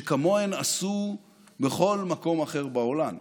שכמוהן עשו בכל מקום אחר בעולם: